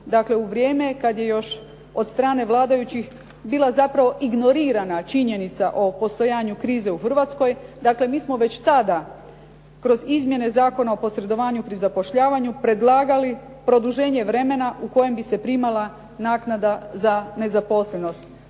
dakle u vrijeme kad je još od strane vladajućih bila zapravo ignorirana činjenica o postojanju krize u Hrvatskoj, dakle mi smo već tada kroz izmjene Zakona o posredovanju pri zapošljavanju predlagali produženje vremena u kojem bi se primala naknada za nezaposlenost